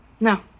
No